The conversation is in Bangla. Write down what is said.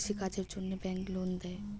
কৃষি কাজের জন্যে ব্যাংক লোন দেয়?